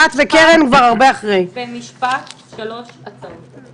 יש לי שלוש הצעות.